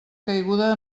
caiguda